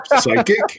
psychic